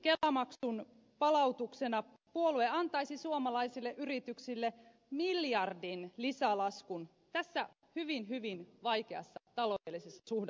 esimerkiksi kelamaksun palautuksena puolue antaisi suomalaisille yrityksille miljardin lisälaskun tässä hyvin hyvin vaikeassa taloudellisessa suhdannetilanteessa